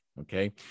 okay